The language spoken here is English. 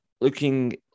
looking